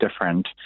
different